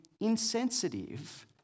insensitive